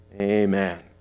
Amen